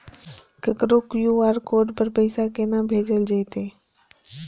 ककरो QR code पर पैसा कोना भेजल जेतै?